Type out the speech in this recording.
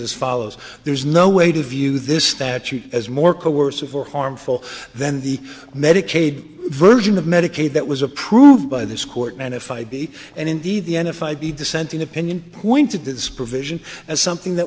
as follows there's no way to view this statute as more coercive or harmful than the medicaid version of medicaid that was approved by this court and if id and indeed the n f i b dissenting opinion point to this provision as something that